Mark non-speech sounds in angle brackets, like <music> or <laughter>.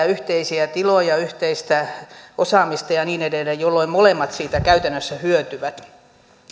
<unintelligible> yhteisiä tiloja yhteistä osaamista ja niin edelleen jolloin molemmat siitä käytännössä hyötyvät